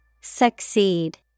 Succeed